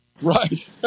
Right